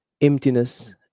emptiness